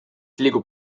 liigub